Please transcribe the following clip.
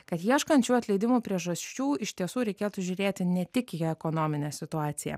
kad ieškančių atleidimo priežasčių iš tiesų reikėtų žiūrėti ne tik į ekonominę situaciją